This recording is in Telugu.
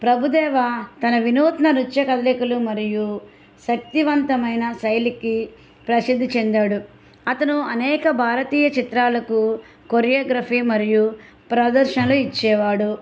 ప్రభుదేవా తన వినూత్న నృత్య కదలికలు మరియు శక్తివంతమైన శైలికి ప్రసిద్ధి చెందాడు అతను అనేక భారతీయ చిత్రాలకు కొరియోగ్రఫీ మరియు ప్రదర్శనలు ఇచ్చేవాడు